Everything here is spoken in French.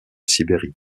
sibérie